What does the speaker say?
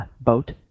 boat